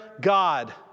God